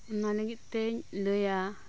ᱚᱱᱟ ᱞᱟᱹᱜᱤᱫ ᱛᱤᱧ ᱞᱟᱹᱭᱟ